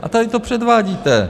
A tady to předvádíte.